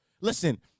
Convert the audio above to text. Listen